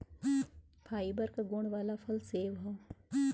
fibre क गुण वाला फल सेव हौ